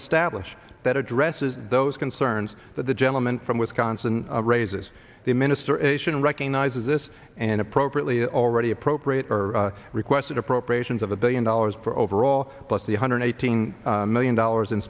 established that addresses those concerns that the gentleman from wisconsin raises the administration recognizes this and appropriately already appropriate or requested appropriations of a billion dollars for overall plus the hundred eighteen million dollars in